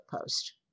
post